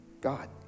God